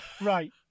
right